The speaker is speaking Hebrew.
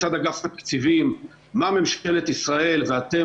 מצד אגף התקציבים מה ממשלת ישראל ואתם